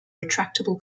retractable